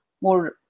more